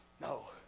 No